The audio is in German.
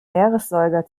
meeressäuger